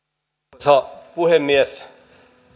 arvoisa puhemies